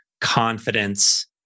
confidence